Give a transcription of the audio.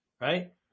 right